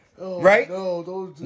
Right